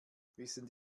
wissen